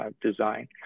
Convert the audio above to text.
design